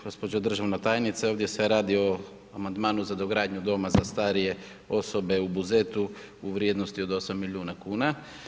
Gospođi državna tajnice ovdje se radi o amandmanu za dogradnju Doma za starije osobe u Buzetu u vrijednosti od 8 milijuna kuna.